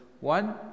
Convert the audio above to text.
one